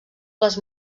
les